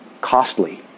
Costly